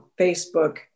Facebook